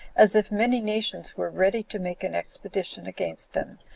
as if many nations were ready to make an expedition against them,